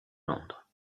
londres